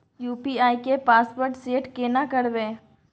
UPI के password set केना करबे?